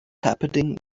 happening